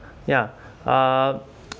ya uh